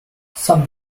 some